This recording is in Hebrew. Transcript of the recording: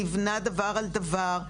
ניבנה דבר על דבר.